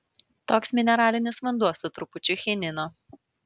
toks mineralinis vanduo su trupučiu chinino